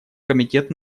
комитет